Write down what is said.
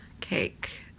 cake